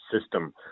system